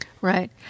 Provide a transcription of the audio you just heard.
Right